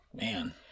Man